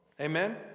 Amen